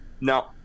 No